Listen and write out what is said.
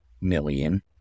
million